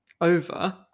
over